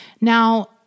Now